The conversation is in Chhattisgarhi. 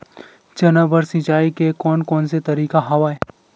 चना बर सिंचाई के कोन कोन तरीका हवय?